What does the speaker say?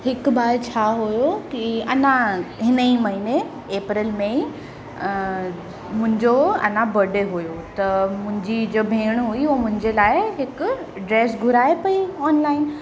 हिकु बार छा हुओ कि अञा हिन ई महीने एप्रेल में ई मुंहिंजो अञा बडे हुओ त मुंहिंजी जो भेण हुई उहो मुंहिंजे लाइ हिकु ड्रेस घुराए पेई ऑनलाइन